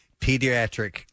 Pediatric